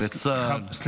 לצה"ל,